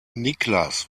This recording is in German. niklas